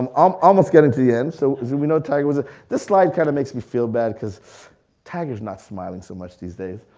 um um almost getting to the end. so we know tiger wood was a, this slide kind of makes me feel bad cause tiger's not smiling so much these days,